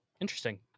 interesting